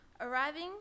Arriving